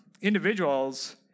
individuals